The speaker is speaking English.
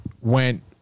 went